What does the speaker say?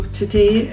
today